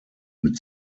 mit